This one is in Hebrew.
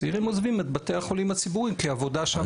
הצעירים עוזבים את בתי החולים הציבוריים כי העבודה שם מאוד קשה.